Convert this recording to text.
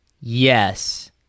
yes